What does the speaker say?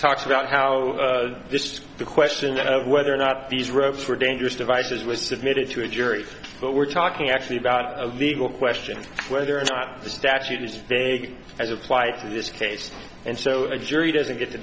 talks about how just the question of whether or not these ropes were dangerous devices was submitted to a jury but we're talking actually about a legal question whether or not the statute is big as applied to this case and so the jury doesn't get to